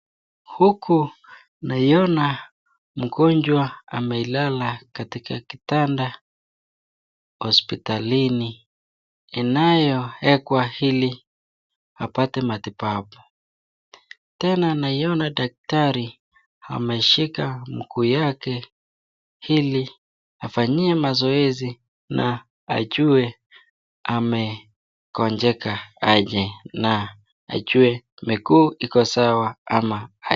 Huku naiona mgonjwa amelala katika kitanda hospitalini inayowekwa hili apate matibabu. Tena naiona daktari ameshika mguu yake ili afanyie mazoezi na ajue amekonjeka aje na ajue miguu iko sawa ama.